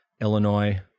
Illinois